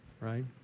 right